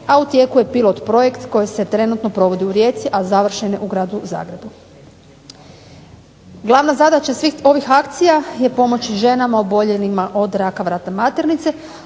a u tijeku je pilot projekt koji se trenutno provodi u Rijeci, a završen je u Gradu Zagrebu. Glavna zadaća svih ovih akcija je pomoći ženama oboljelima od raka vrata maternice,